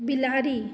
बिलाड़ि